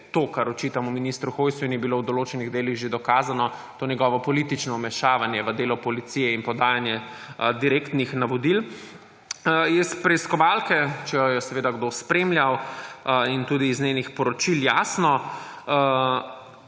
to, kar očitamo ministru Hojsu in je bilo v določenih delih že dokazano, to njegovo politično vmešavanje v delo policije in podajanje direktnih navodil, je iz preiskovalke – če jo je seveda kdo spremljal – in tudi iz njenih poročil, jasno,